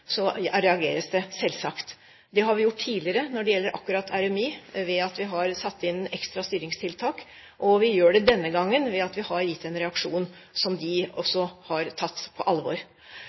reageres det, selvsagt. Det har vi gjort tidligere når det gjelder akkurat RMI ved at vi har satt inn ekstra styringstiltak, og vi gjør det denne gangen ved at vi har gitt en reaksjon som de har tatt på alvor.